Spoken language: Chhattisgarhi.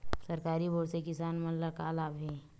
सरकारी बोर से किसान मन ला का लाभ हे?